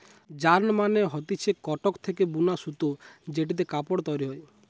yarn মানে হতিছে cotton থেকে বুনা সুতো জেটিতে কাপড় তৈরী হয়